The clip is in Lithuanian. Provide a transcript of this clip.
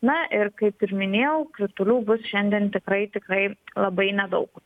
na ir kaip ir minėjau kritulių bus šiandien tikrai tikrai labai nedaug